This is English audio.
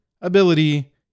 ability